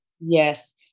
Yes